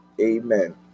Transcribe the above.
amen